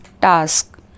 task